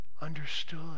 understood